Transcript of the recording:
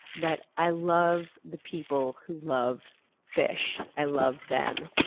but i love the people who love fish. i love them.